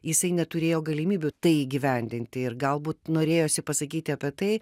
jisai neturėjo galimybių tai įgyvendinti ir galbūt norėjosi pasakyti apie tai